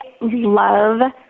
love